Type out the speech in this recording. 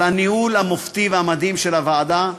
על הניהול המופתי והמדהים של הוועדה.